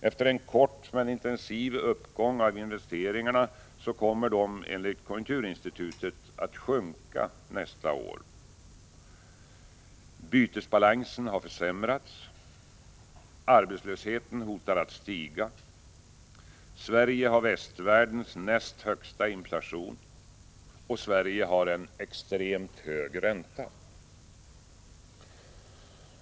Efter en kort men intensiv uppgång kommer investeringarna enligt konjunkturinstitutet att sjunka nästa år. Bytesbalansen har försämrats. Arbetslösheten hotar att stiga. Sverige har västvärldens näst högsta inflation. Sverige har en extremt hög ränta.